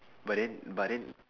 but then but then